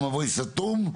מבוי סתום?